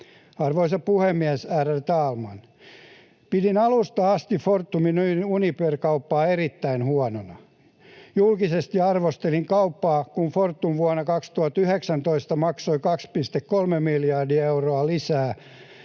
Arvoisa puhemies, ärade talman! Pidin alusta asti Fortumin Uniper-kauppaa erittäin huonona. Julkisesti arvostelin kauppaa, kun Fortum vuonna 2019 maksoi 2,3 miljardia euroa ja lisäsi